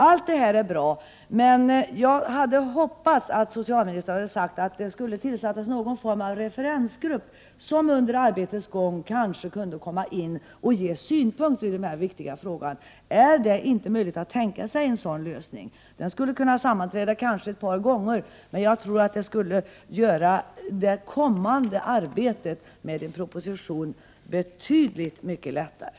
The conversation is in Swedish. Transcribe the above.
Allt detta är bra, men jag hoppades att socialministern skulle säga att någon form av referensgrupp skulle tillsättas, som under arbetets gång kunde komma in och ge synpunkter i denna viktiga fråga. Är det inte möjligt att tänka sig en sådan lösning? Denna referensgrupp skulle kunna sammanträda kanske ett par gånger, och jag tror att det skulle göra det kommande arbetet med en proposition betydligt lättare.